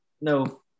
no